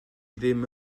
ddim